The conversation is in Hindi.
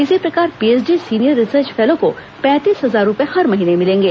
इसी प्रकार पीएचडी सीनियर रिसर्च फेलो को पैंतीस हजार रुपये हर महीने मिलेंगे